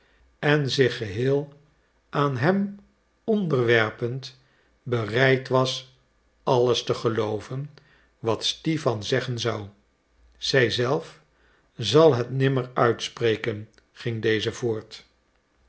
en zich geheel aan hem onderwerpend bereid was alles te gelooven wat stipan zeggen zou zij zelf zal het nimmer uitspreken ging deze voort